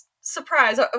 surprise